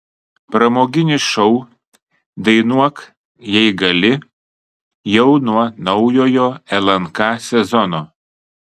pramoginis šou dainuok jei gali jau nuo naujojo lnk sezono